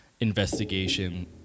investigation